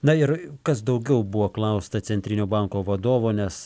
na ir kas daugiau buvo klausta centrinio banko vadovo nes